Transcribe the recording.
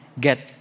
get